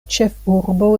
ĉefurbo